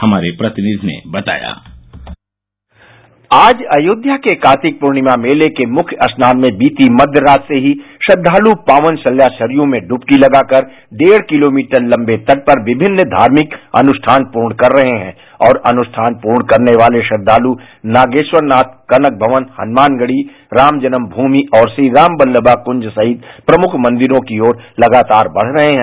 हमारे प्रतिनिधि ने बतायाः आज अयोध्या के कार्तिक पूर्णिमा मेले के मुख्य स्नान में बीती मध्य रात्रि से ही श्रद्धालु पावन सलिला सरयू में ढुबकी लगाकर डेद किलोमीटर लम्बे तट पर विभिन्न धार्मिक अनुष्ठान पूर्ण कर रहे हैं और अनुष्ठान पूर्ण करने वाले श्रद्धालु नागेश्वर नाथ कनक भवन हनुमान गढीराम जन्म भूमि और श्री राम बल्लमा कुञ्ज सहित प्रमुख मंदिरों की ओर लगातार बढ़ रहे हैं